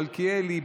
מיכאל מלכיאלי,